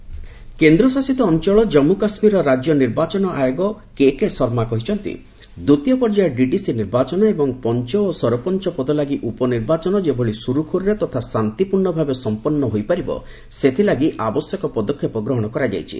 JK election କେନ୍ଦ୍ରଶାସିତ ଅଞ୍ଚଳ ଜମ୍ମୁ କାଶ୍ମୀରର ରାଜ୍ୟ ନିର୍ବାଚନ ଆୟୋଗ କେ କେ ଶର୍ମା କହିଛନ୍ତି ଦ୍ୱିତୀୟ ପର୍ଯ୍ୟାୟ ଡିଡିସି ନିର୍ବାଚନ ଏବଂ ପଞ୍ଚ ଓ ସରପଞ୍ଚ ପଦ ଲାଗି ଉପନିର୍ବାଚନ ଯେଭଳି ସୁରୁଖୁରୁରେ ତଥା ଶାନ୍ତିପୂର୍ଣ୍ଣ ଭାବେ ସମ୍ପନ୍ନ ହୋଇପାରିବ ସେଥିଲାଗି ଆବଶ୍ୟକ ପଦକ୍ଷେପ ଗ୍ରହଣ କରାଯାଇଛି